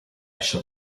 shall